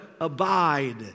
abide